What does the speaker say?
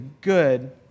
good